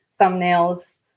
thumbnails